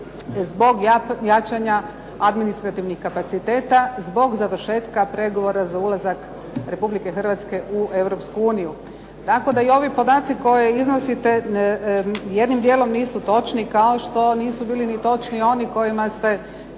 zbog jačanja administrativnih kapaciteta zbog završetka pregovora za ulazak Republike Hrvatske u Europsku uniju, tako da i ovi podaci koje iznosite jednim djelom nisu točni kao što nisu bili ni točni oni kojima ste